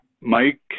Mike